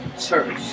church